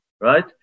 right